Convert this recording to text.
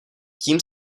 tím